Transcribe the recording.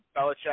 Belichick